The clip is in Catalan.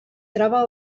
troba